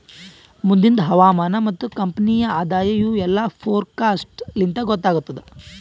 ಮುಂದಿಂದ್ ಹವಾಮಾನ ಮತ್ತ ಕಂಪನಿಯ ಆದಾಯ ಇವು ಎಲ್ಲಾ ಫೋರಕಾಸ್ಟ್ ಲಿಂತ್ ಗೊತ್ತಾಗತ್ತುದ್